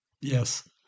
Yes